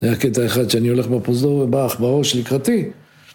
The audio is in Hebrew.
זה היה קטע אחד שאני הולך בפוזור ובא עכברוש לקראתי